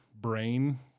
brain